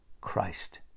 Christ